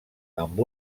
amb